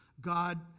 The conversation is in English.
God